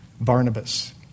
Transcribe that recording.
Barnabas